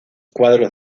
cuadros